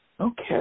Okay